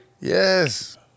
Yes